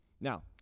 Now